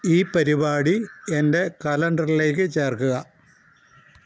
ഈ പരിപാടി എന്റെ കലണ്ടറിലേക്ക് ചേർക്കുക